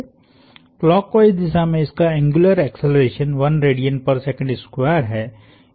clockwise दिशा में इसका एंग्युलर एक्सेलरेशन है